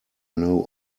know